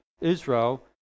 Israel